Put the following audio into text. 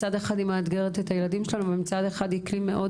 מצד אחד מאתגרת את הילדים אבל מצד שני היא כלי מאוד